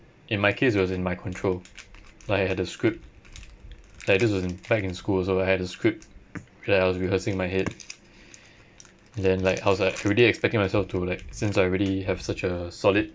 in my case it was in my control like I had the script like this was back in school so I had the script where I was rehearsing in my head then like I was like already expecting myself to like since I already have such a solid